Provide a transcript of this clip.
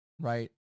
right